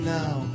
now